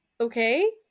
Okay